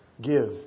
give